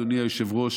אדוני היושב-ראש,